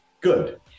Good